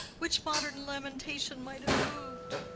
which modern lamentation might have mov'd?